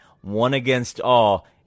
one-against-all